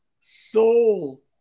soul